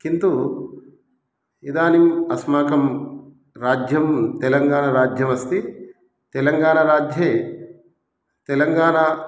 किन्तु इदानीम् अस्माकं राज्यं तेलङ्गाणाराज्यमस्ति तेलङ्गाणाराज्ये तेलङ्गाणा